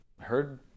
heard